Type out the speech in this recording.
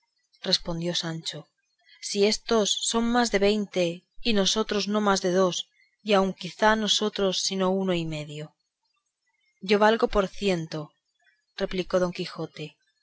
respondió sancho si éstos son más de veinte y nosotros no más de dos y aun quizá nosotros sino uno y medio yo valgo por ciento replicó don quijote